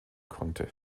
konnte